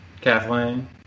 Kathleen